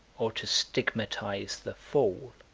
or to stigmatize the fall,